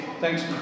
thanks